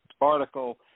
article